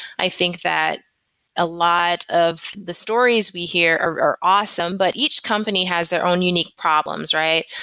i think that a lot of the stories we hear are awesome, but each company has their own unique problems, right?